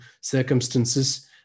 circumstances